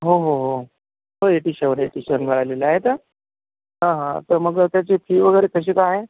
हो हो हो एटी सेव्हन एटी सेव्हन मिळालेले आहेत हा हा तर मग त्याची फी वगैरे कशी काय आहे